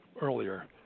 earlier